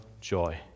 joy